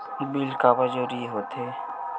Bill काबर जरूरी होथे?